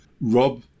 Rob